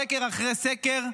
סקר אחרי סקר,